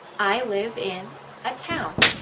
i live in a town